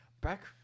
Back